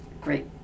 great